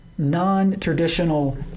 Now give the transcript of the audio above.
Non-traditional